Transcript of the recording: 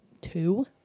two